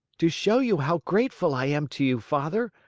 to show you how grateful i am to you, father,